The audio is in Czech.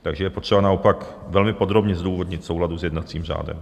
Takže je potřeba naopak velmi podrobně zdůvodnit v souladu s jednacím řádem.